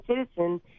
citizen